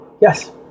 Yes